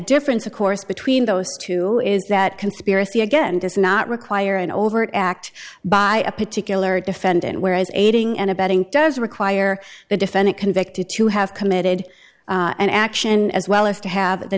difference of course between those two is that conspiracy again does not require an overt act by a particular defendant whereas aiding and abetting does require the defendant convicted to have committed an action as well as to have the